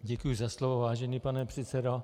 Děkuji za slovo, vážený pane místopředsedo.